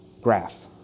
graph